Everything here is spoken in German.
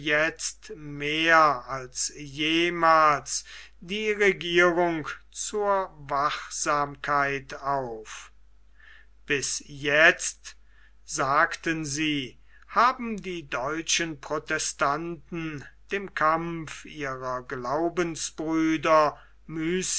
jetzt mehr als jemals die regierung zur wachsamkeit auf bis jetzt sagten sie haben die deutschen protestanten dem kampf ihrer glaubensbrüder müßig